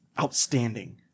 Outstanding